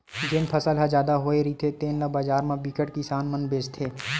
जेन फसल ह जादा होए रहिथे तेन ल बजार म बिकट किसान मन बेचथे